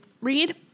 read